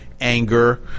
anger